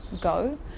go